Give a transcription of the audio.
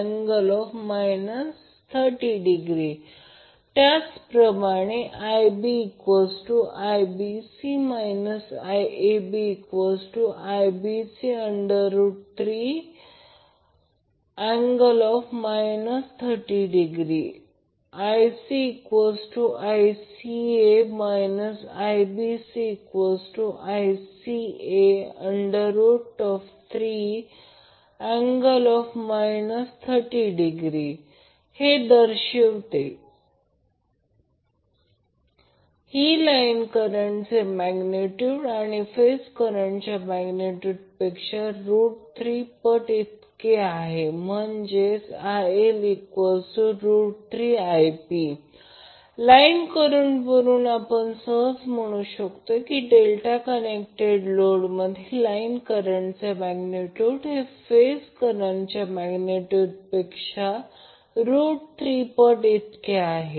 866IAB3∠ 30° त्याचप्रमाणे IbIBC IABIBC3∠ 30° IcICA IBCICA3∠ 30° हे असे दर्शवते की लाईन करंटचे मॅग्नेट्यूड हे फेज करंटच्या मॅग्नेट्यूडपेक्षा 3 पट इतके आहे म्हणजेच IL3Ip लाईन करंट वरून आपण सहज म्हणू शकतो की डेल्टा कनेक्टेड लोडमध्ये लाईन करंटचे मॅग्नेट्यूड हे फेज करंटच्या मॅग्नेट्यूडपेक्षा 3 पट इतके आहे